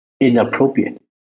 inappropriate